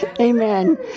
amen